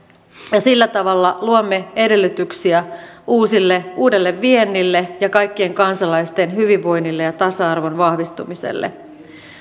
ja sillä tavalla luomme edellytyksiä uudelle viennille ja kaikkien kansalaisten hyvinvoinnille ja tasa arvon vahvistumiselle